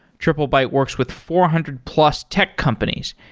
triplebyte works with four hundred plus tech companies,